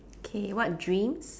K what dreams